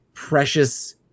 precious